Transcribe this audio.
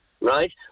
right